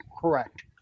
correct